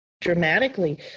dramatically